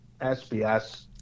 SBS